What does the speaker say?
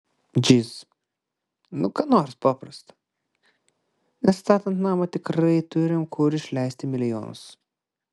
džyz nu ką nors paprasto nes statant namą tikrai turim kur išleisti milijonus